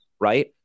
Right